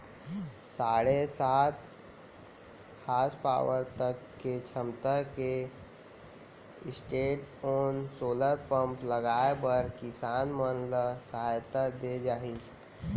साढ़े सात हासपावर तक के छमता के स्टैंडओन सोलर पंप लगाए बर किसान मन ल सहायता दे जाही